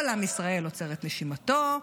כל עם ישראל עוצר את נשימתו,